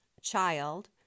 child